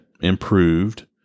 improved